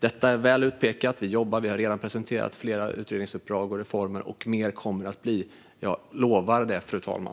Detta är väl utpekat. Vi jobbar med det och har redan presenterat flera utredningsuppdrag och reformer. Och mer kommer det att bli - det lovar jag, fru talman.